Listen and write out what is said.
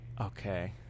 Okay